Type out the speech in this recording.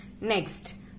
next